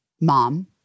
mom